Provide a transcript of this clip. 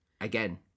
again